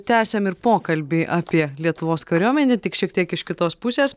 tęsiam ir pokalbį apie lietuvos kariuomenę tik šiek tiek iš kitos pusės